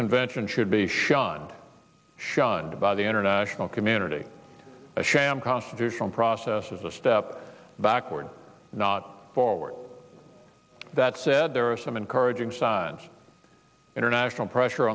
convention should be shunned shunned by the international community a sham constitutional process is a step backward not forward that said there are some encouraging signs international pressure